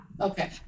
okay